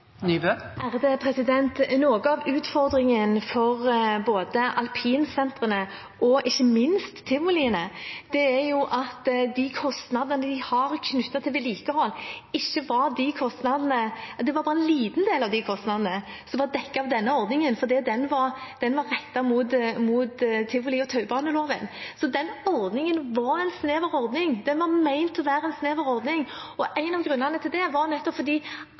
Noe av utfordringen for både alpinsentrene og ikke minst tivoliene er at når det gjelder de kostnadene de har knyttet til vedlikehold, var bare en liten del av dem dekket av denne ordningen, for den var rettet mot tivoliloven og taubaneloven. Så den ordningen var snever; den var ment å være en snever ordning. En av grunnene til det var at andre bedrifter – mange virksomheter – har store vedlikeholdskostnader knyttet til sin drift uten at de får penger for det. Men fordi